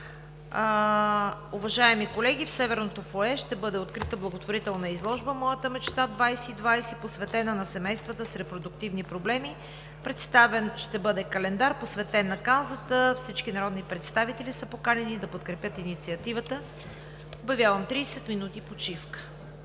Уважаеми колеги, в Северното фоайе ще бъде открита благотворителна изложба „Моята мечта“, посветена на семействата с репродуктивни проблеми. Ще бъде представен календар, посветен на каузата. Всички народни представители са поканени да подкрепят инициативата. Обявявам 30 минути почивка.